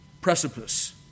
precipice